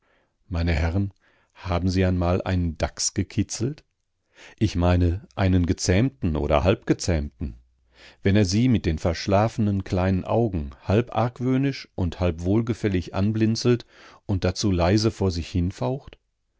meine herren haben sie einmal einen dachs gekitzelt ich meine einen gezähmten oder halbgezähmten wenn er sie mit den verschlafenen kleinen augen halb argwöhnisch und halb wohlgefällig anblinzelt und dazu leise vor sich hinfaucht